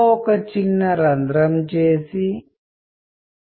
ఒక సందేశాన్ని అర్థం చేసుకోవడం లో వేరే చాలా విషయాలు ఒక ప్రముఖ పాత్ర పోషిస్తాయి